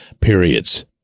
periods